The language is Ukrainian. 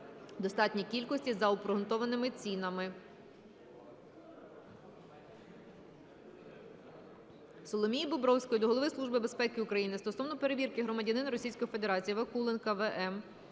достатній кількості за обґрунтованими цінами.